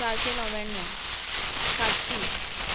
चारशें णव्याणव सातशीं